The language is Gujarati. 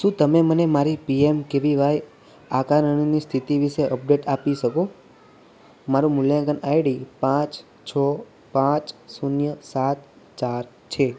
શું તમે મને મારી P M K V Y આકારણીની સ્થિતિ વિશે અપડેટ આપી શકો મારો મૂલ્યાંકન આઈડી પાંચ છ પાંચ શૂન્ય સાત ચાર છે